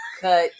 cut